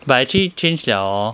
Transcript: but actually change 了 hor